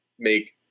make